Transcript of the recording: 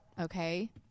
Okay